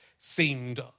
seemed